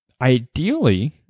ideally